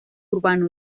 urbano